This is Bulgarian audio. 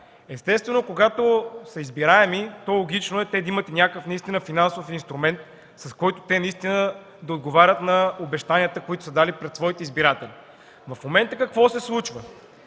естествено, когато са избираеми, логично е те да имат някакъв финансов инструмент, с който да отговарят на обещанията, които са дали пред своите избиратели. В момента какво се случва?